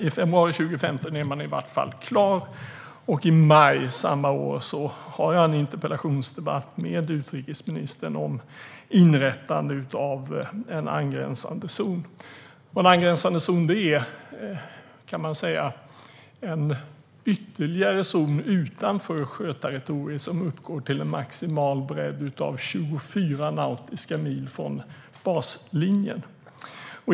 I februari 2015 var utredningen i vart fall klar, och i maj samma år hade jag en interpellationsdebatt med utrikesministern om inrättande av en angränsande zon. En angränsande zon kan beskrivas som en ytterligare zon utanför sjöterritoriet som uppgår till en maximal bredd av 24 nautiska mil från baslinjen.